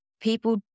people